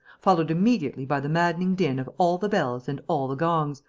followed immediately by the maddening din of all the bells and all the gongs,